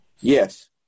Yes